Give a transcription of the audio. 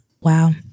Wow